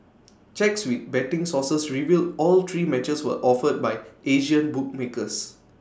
checks with betting sources revealed all three matches were offered by Asian bookmakers